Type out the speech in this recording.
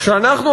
כשאנחנו,